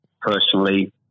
personally